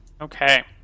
Okay